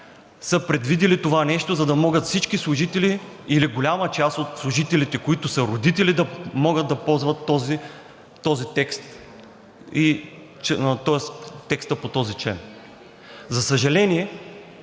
са предвидили това нещо, за да могат всички служители или голяма част от служителите, които са родители, да могат да ползват текста по този член.